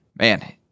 man